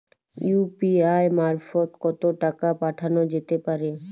UPI মারফত কত টাকা পাঠানো যেতে পারে?